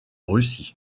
russie